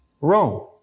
Rome